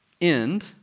end